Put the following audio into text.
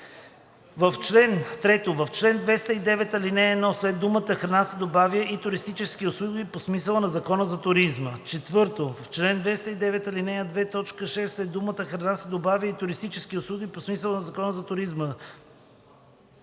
3. В чл. 209, ал. 1 след думата „храна“ се добавя „и туристически услуги по смисъла на Закона за туризма“; 4. В чл. 209, ал. 2, т. 6 след думата „храна“ се добавя „и туристически услуги по смисъла на Закона за туризма“;